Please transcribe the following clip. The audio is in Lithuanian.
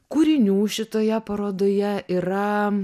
kūrinių šitoje parodoje yra